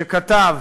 שכתב: